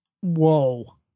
whoa